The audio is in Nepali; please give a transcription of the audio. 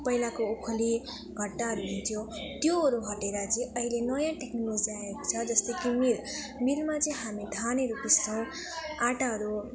पहिलाको ओखली घट्टाहरू हुन्थ्यो त्योहरू हटेर चाहिँ अहिले नयाँ टेक्नोलोजी आएको छ जस्तो कि मिल मिलमा चाहिँ हामी धानहरू पिस्छौँ आँटाहरू